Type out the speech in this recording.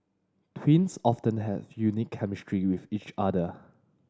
twins often have unique chemistry with each other